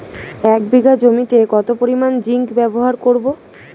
এক বিঘা জমিতে কত পরিমান জিংক ব্যবহার করব?